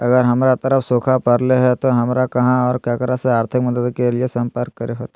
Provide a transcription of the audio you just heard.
अगर हमर तरफ सुखा परले है तो, हमरा कहा और ककरा से आर्थिक मदद के लिए सम्पर्क करे होतय?